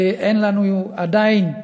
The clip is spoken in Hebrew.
אין לנו עדיין,